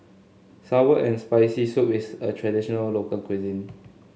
sour and Spicy Soup is a traditional local cuisine